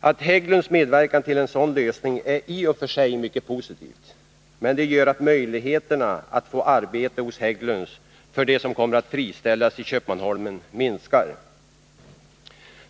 Att Hägglunds medverkar till en sådan lösning är i och för sig mycket positivt, men det gör att möjligheterna för dem som kommer att friställas i Köpmanholmen att få arbete hos Hägglunds minskar.